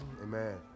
Amen